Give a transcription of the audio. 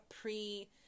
pre